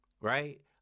Right